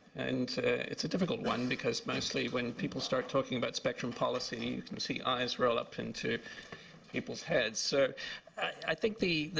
and it's a difficult one because mostly when people start talking about spectrum policy, you and see eyes roll up into people's heads. so i think the the